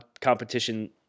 competition